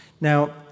Now